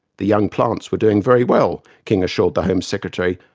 the young plants were doing very well, king assured the home secretary,